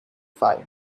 five